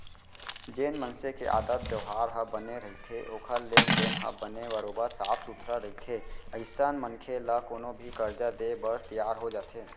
जेन मनसे के आदत बेवहार ह बने रहिथे ओखर लेन देन ह बने बरोबर साफ सुथरा रहिथे अइसन मनखे ल कोनो भी करजा देय बर तियार हो जाथे